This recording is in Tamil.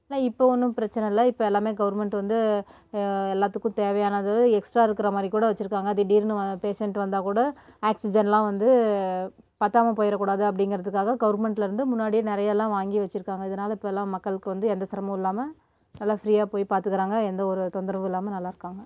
ஆனால் இப்போ ஒன்றும் பிரச்சனை இல்லை இப்போ எல்லாமே கவுர்மெண்ட்டு வந்து எல்லாத்துக்கும் தேவையானது எக்ஸ்டா இருக்கிற மாதிரி கூட வெச்சுருக்காங்க திடீர்னு வ பேஷண்ட்டு வந்தால் கூட ஆக்சிஜன்லாம் வந்து பத்தாமல் போயிடக்கூடாது அப்படிங்கிறதுக்காக கவர்மெண்ட்லேருந்து முன்னாடியே நிறைய எல்லாம் வாங்கி வெச்சுருக்காங்க இதனால இப்போ எல்லாம் மக்களுக்கு வந்து எந்த சிரமமும் இல்லாமல் நல்லா ஃப்ரீயாக போய் பார்த்துக்குறாங்க எந்த ஒரு தொந்தரவும் இல்லாமல் நல்லா இருக்காங்க